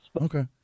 Okay